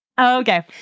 Okay